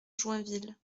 joinville